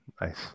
Nice